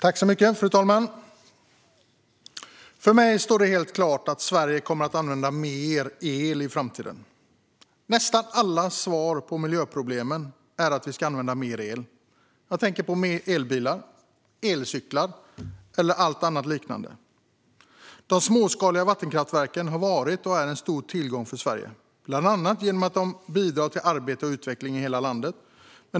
Fru talman! För mig står det helt klart att Sverige kommer att använda mer el i framtiden. Nästan alla svar på miljöproblemen är att vi ska använda mer el. Jag tänker på elbilar, elcyklar och allt annat liknande. De småskaliga vattenkraftverken har varit och är en stor tillgång för Sverige, bland annat genom att de bidrar till arbete och utveckling i hela landet.